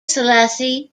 selassie